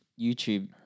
YouTube